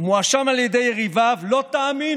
הוא מואשם על ידי יריביו, לא תאמינו,